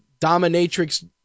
dominatrix